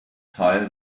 teil